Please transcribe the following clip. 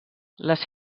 les